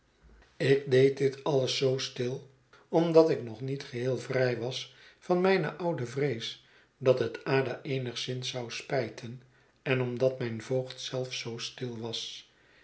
dit alles zoo stil omdat ik nog niet geheel vrij was van mijne oude vrees dat het ada eenigszins zou spijten en omdat mijn voogd zelf zoo stil was